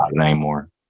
anymore